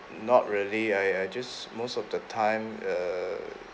not really I I just most of the time err